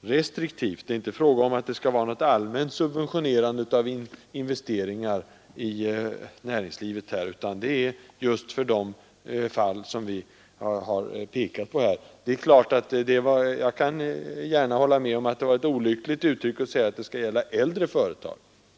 restriktivt. Det är inte fråga om något allmänt subventionerande av investeringar i näringslivet, utan det gäller just de fall som vi har pekat på. Jag håller gärna med om att det var olyckligt att säga att det skall gälla äldre företag.